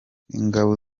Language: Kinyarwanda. ingabo